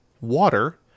water